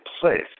place